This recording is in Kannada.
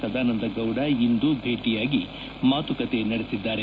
ಸದಾನಂದ ಇಂದು ಭೇಟಿಯಾಗಿ ಮಾತುಕತೆ ನಡೆಸಿದ್ದಾರೆ